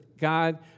God